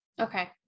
okay